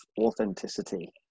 authenticity